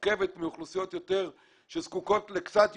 מורכבת מאוכלוסיות שזקוקות לקצת יותר.